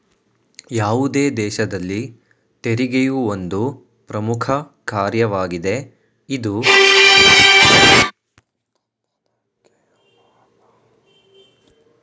ಯಾವುದೇ ದೇಶದಲ್ಲಿ ತೆರಿಗೆಯು ಒಂದು ಪ್ರಮುಖ ಕಾರ್ಯವಾಗಿದೆ ಇದು ರಾಜ್ಯದ ಸಾಮರ್ಥ್ಯ ಮತ್ತು ಹೊಣೆಗಾರಿಕೆಯನ್ನು ಹೆಚ್ಚಿಸುತ್ತದೆ